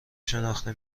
شناخته